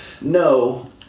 No